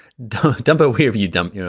dump dump over here if you dump,